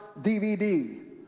DVD